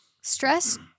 stress